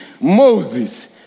Moses